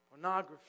Pornography